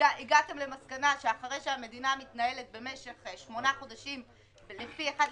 הגעתם למסקנה שאחרי שהמדינה מתנהלת במשך שמונה לפי 1/12,